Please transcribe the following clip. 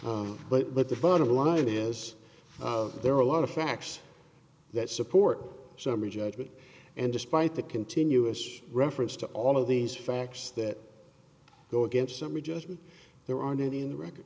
it but the bottom line is there are a lot of facts that support summary judgment and despite the continuous reference to all of these facts that go against summary judgment there aren't any in the record